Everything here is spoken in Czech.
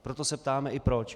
Proto se ptáme i proč.